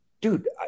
dude